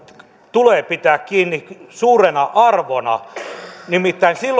tulee pitää kiinni suurena arvona nimittäin